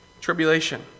tribulation